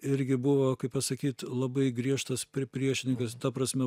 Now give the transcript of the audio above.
irgi buvo kaip pasakyt labai griežtas prie priešininkas ta prasme